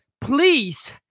please